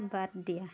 বাদ দিয়া